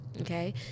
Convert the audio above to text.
okay